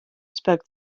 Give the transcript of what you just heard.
spoke